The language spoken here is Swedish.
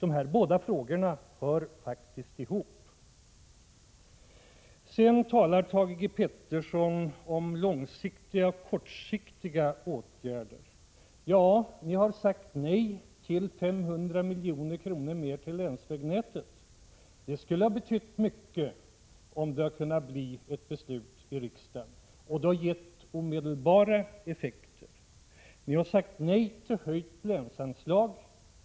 De här två frågorna hör faktiskt ihop. Sedan talar Thage G. Peterson om långsiktiga och kortsiktiga åtgärder. Ni har sagt nej till 500 milj.kr. mer till länsvägnätet. Det skulle ha betytt mycket om det förslaget hade blivit till ett beslut i riksdagen, och det hade gett omedelbara effekter. Ni har sagt nej till höjt länsanslag.